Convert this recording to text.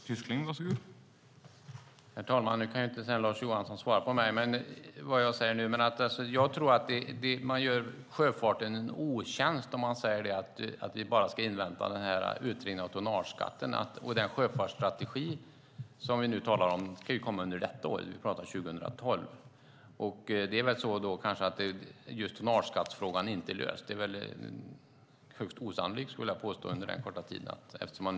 Herr talman! Lars Johansson har ingen replik kvar och kan inte svara på det som jag nu tar upp. Men jag tror att man gör sjöfarten en otjänst om man säger att vi bara ska invänta utredningen om tonnageskatten. Den sjöfartsstrategi som vi nu talar om ska ju komma under detta år, alltså 2012. Just frågan om en tonnageskatt är inte löst. Jag skulle vilja påstå att det är högst osannolikt att det skulle ha kunnat ske under denna korta tid.